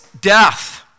death